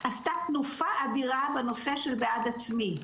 עשתה תנופה אדירה בנושא של 'בעד עצמי',